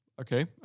Okay